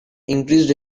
increased